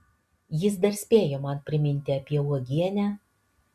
jis dar spėjo man priminti apie uogienę